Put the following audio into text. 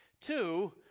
Two